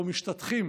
אנחנו משתטחים